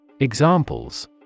Examples